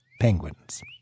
penguins